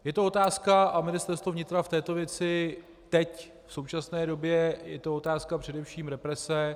Je to otázka a Ministerstvo vnitra v této věci teď v současné době je to otázka především represi.